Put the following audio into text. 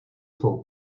svou